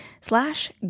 slash